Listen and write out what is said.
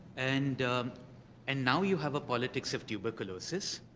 and and now, you have a politics of tuberculosis,